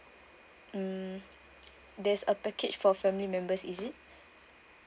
mm there's a package for family members is it